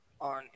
on